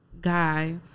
guy